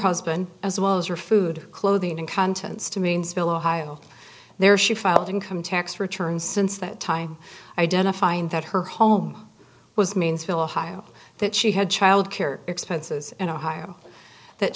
husband as well as her food clothing and contents to means bill ohio there she filed income tax returns since that time identifying that her home was means villa high up that she had child care expenses in ohio that